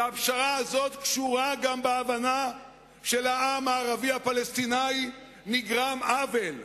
הפשרה הזאת קשורה גם בהבנה שלעם הערבי הפלסטיני נגרם עוול,